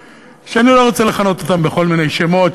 שאני לא רוצה לכנות אותן בכל מיני שמות,